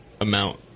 amount